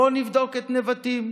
בואו נבדוק את נבטים.